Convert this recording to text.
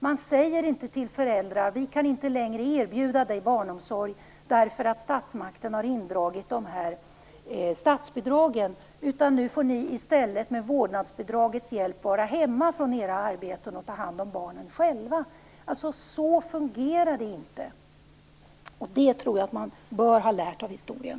Man säger inte till föräldrar: Vi kan inte längre erbjuda barnomsorg, därför att statsmakten har dragit in statsbidragen. Nu får ni i stället med vårdnadsbidragets hjälp vara hemma från era arbeten och ta hand om barnen själva. Så fungerar det inte. Det borde man ha lärt av historien.